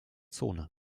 zone